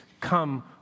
come